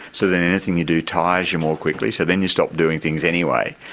so then anything you do tires you more quickly, so then you stop doing things anyway.